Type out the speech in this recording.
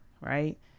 right